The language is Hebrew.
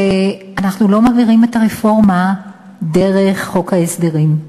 שאנחנו לא מעבירים את הרפורמה דרך חוק ההסדרים.